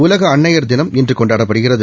உலக அன்னையர் தினம் இன்று கொண்டாடப்படுகிறது